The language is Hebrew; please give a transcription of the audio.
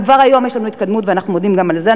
אבל כבר היום יש התקדמות, ואנחנו מודים גם על זה.